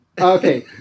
Okay